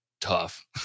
tough